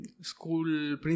school